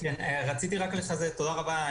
תודה רבה,